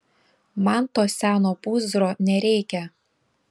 man to seno pūzro nereikia